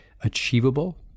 achievable